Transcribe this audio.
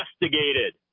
investigated